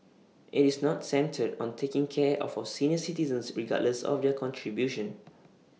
IT is not centred on taking care of our senior citizens regardless of their contribution